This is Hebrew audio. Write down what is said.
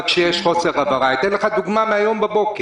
שיש חוסר הבהרה ואתן לך דוגמה מהיום בבוקר: